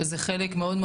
וזה חלק מאוד,